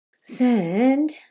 Send